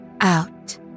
Out